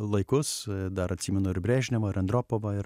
laikus dar atsimenu ir brežnevą ir andropovą ir